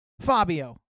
Fabio